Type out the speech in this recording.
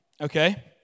Okay